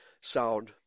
sound